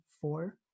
four